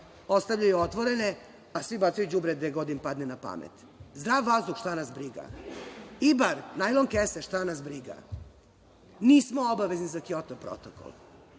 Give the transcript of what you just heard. ostavljaju otvorene, a svi bacaju đubre gde god im padne na pamet. Zdrav vazduh, šta nas briga. Ibar, najlon kese, šta nas briga. Nismo obavezni za Kjoto protokol.